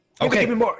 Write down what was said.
Okay